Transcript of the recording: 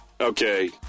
Okay